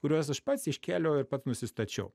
kuriuos aš pats iškėliau ir pats nusistačiau